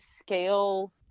scale